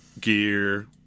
gear